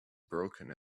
broken